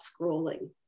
scrolling